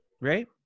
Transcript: right